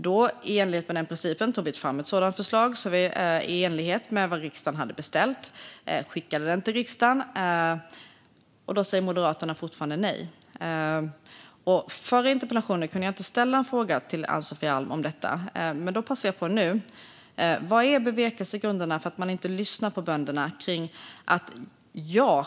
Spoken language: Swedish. Då tog vi fram ett förslag enligt den principen, ett sådant förslag som riksdagen hade beställt, och skickade det till riksdagen. Då säger Moderaterna fortfarande nej. I den förra interpellationsdebatten kunde jag inte ställa en fråga till Ann-Sofie Alm om detta, men då passar jag på nu: Vilka är bevekelsegrunderna för att man inte lyssnar på bönderna?